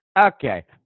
Okay